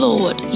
Lord